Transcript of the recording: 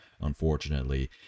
unfortunately